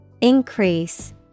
Increase